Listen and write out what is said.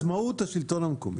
עצמאות השלטון המקומי.